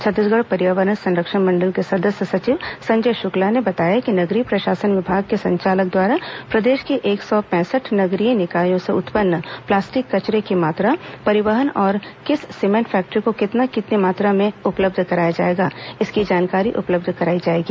छत्तीसगढ़ पर्यावरण संरक्षण मंडल के सदस्य सचिव संजय शुक्ला ने बताया कि नगरीय प्रशासन विभाग के संचालक द्वारा प्रदेश के एक सौ पैंसठ नगरीय निकायों से उत्पन्न प्लास्टिक कचरे की मात्रा परिवहन और किस सीमेंट फैक्ट्री को कितनी कितनी मात्रा में उपलब्ध कराया जाएगा इसकी जानकारी उपलब्ध कराई जाएगी